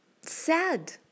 sad